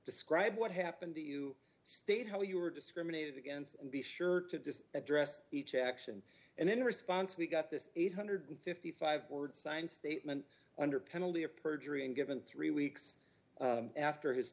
describe what happened to you state how you were discriminated against and be sure to just address each action and in response we got this eight hundred and fifty five word signed statement under penalty of perjury and given three weeks after his